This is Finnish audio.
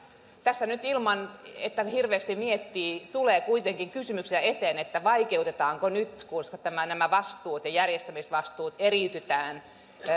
tässä nyt ilman että hirveästi miettii tulee kuitenkin kysymyksiä eteen vaikeutetaanko tätä nyt kun nämä vastuut ja järjestämisvastuut eriytetään